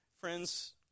friends